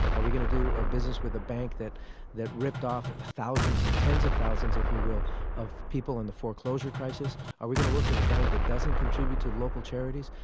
are we going to do business with a bank that that ripped off thousands and tens of thousands, if you will of people in the foreclosure crisis? are we going to work with a bank that doesn't contribute to local charities?